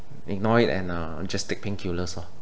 ignore it and uh just take painkillers lor